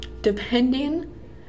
depending-